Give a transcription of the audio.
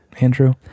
Andrew